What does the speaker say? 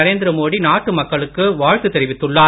நரேந்திர மோடி நாட்டு மக்களுக்கு வாழ்த்து தெரிவித்துள்ளார்